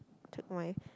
took my